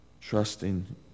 trusting